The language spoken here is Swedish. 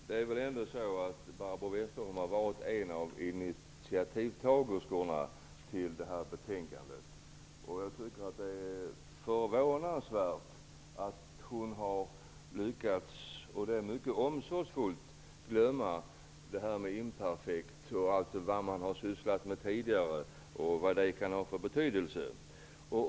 Fru talman! Barbro Westerholm har väl ändå varit en av initiativtagerskorna till betänkandet? Jag tycker att det är förvånansvärt att hon lyckats glömma - och det mycket omsorgsfullt - vilken betydelse det man sysslat med tidigare kan ha.